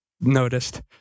noticed